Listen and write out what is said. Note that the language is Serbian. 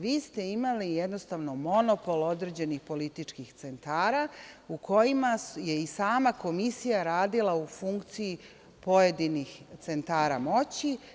Vi ste imali jednostavno monopol određenih političkih centara u kojima je i sama Komisija radila u funkciji pojedinih centara moći.